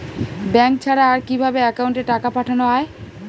Bank ছাড়া আর কিভাবে একাউন্টে টাকা পাঠানো য়ায়?